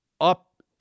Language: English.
up